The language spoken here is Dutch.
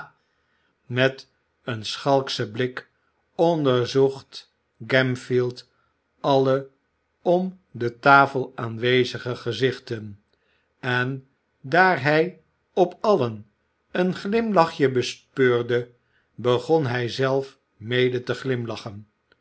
met een schalkschen blik onderzocht oamfield alle om de tafel aanwezige gezichten en daar hij op allen een glimlachje bespeurde begon hij zelf mede te glimlachen